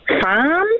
farm